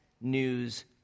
news